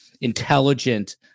intelligent